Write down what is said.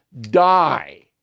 die